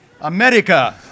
America